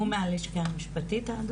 הוא מהלשכה המשפטית?